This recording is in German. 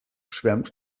schwärmt